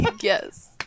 yes